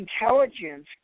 intelligence